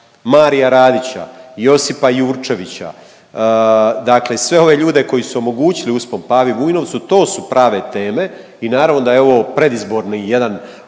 Marija Radića, Josipa Jurčevića, dakle sve ove ljude koji su omogućili uspon Pavi Vujnovcu to su prave teme i naravno da je ovo predizborni jedan